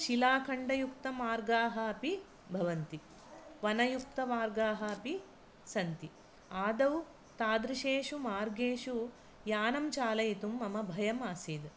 शिलाखण्डयुक्तमार्गाः अपि भवन्ति वनयुक्तमार्गाः अपि सन्ति आदौ तादृशेषु मार्गेषु यानं चालयितुं मम भयमासीत्